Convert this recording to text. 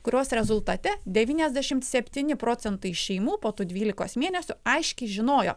kurios rezultate devyniasdešimt septyni procentai šeimų po tų dvylikos mėnesių aiškiai žinojo